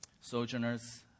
Sojourners